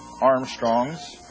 Armstrong's